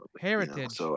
Heritage